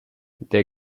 der